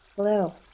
Hello